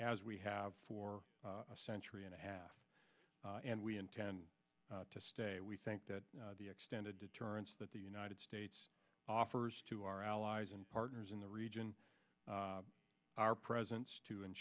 as we have for a century and a half and we intend to stay we think that the extended deterrence that the united states offers to our allies and partners in the region our presence to